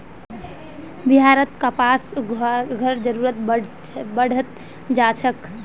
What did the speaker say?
बिहारत कपास उद्योगेर जरूरत बढ़ त जा छेक